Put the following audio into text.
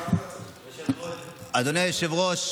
אדוני היושב-ראש,